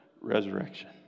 resurrection